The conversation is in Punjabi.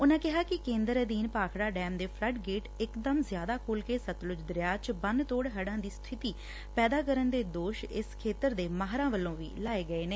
ਉਨਾ ਕਿਹਾ ਕਿ ਕੇਦਰ ਅਧੀਨ ਭਾਖੜਾ ਡੈਮ ਦੇ ਫਲੱਡ ਗੇਟ ਇਕਦਮ ਜ਼ਿਆਦਾ ਖੋਲ ਕੇ ਸਤਲੁਜ ਦਰਿਆ ਚ ਬੰਨ ਤੋੜ ਹੜਾਂ ਦੀ ਸਬਿਤੀ ਪੈਦਾ ਕਰਨ ਦੇ ਦੋਸ਼ ਇਸ ਖੇਤਰ ਦੇ ਮਾਹਿਰਾਂ ਵੱਲੋਂ ਵੀ ਲਾਏ ਗਏ ਨੇ